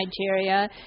Nigeria